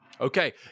Okay